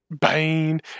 Bane